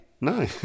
No